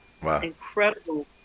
incredible